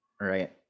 right